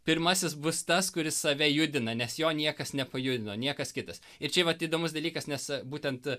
pirmasis bus tas kuris save judina nes jo niekas nepajudino niekas kitas ir čia vat įdomus dalykas nes a būtent